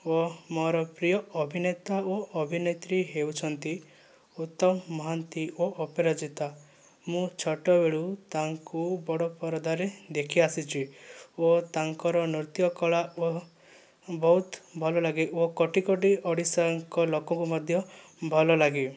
ଓ ମୋର ପ୍ରିୟ ଅଭିନେତା ଓ ଅଭିନେତ୍ରୀ ହେଉଛନ୍ତି ଉତ୍ତମ ମହାନ୍ତି ଓ ଅପରାଜିତା ମୁଁ ଛୋଟବେଳୁ ତାଙ୍କୁ ବଡ଼ ପରଦାରେ ଦେଖି ଆସିଛି ଓ ତାଙ୍କର ନୃତ୍ୟ କଳା ଓ ବହୁତ ଭଲ ଲାଗେ ଓ କୋଟି କୋଟି ଓଡ଼ିଶାଙ୍କ ଲୋକଙ୍କୁ ମଧ୍ୟ ଭଲଲାଗେ